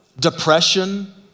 Depression